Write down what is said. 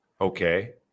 Okay